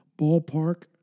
ballpark